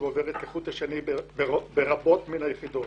ועוברת כחוט השני ברבות מן היחידות.